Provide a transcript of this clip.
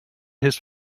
his